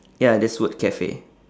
ya that's word cafe